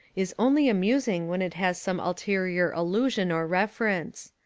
is only amusing when it has some ulterior allusion or reference.